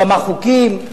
כמה חוקים.